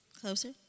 Closer